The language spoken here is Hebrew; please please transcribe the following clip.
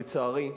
לצערי,